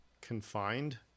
confined